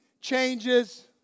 changes